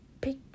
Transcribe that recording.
pick